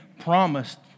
promised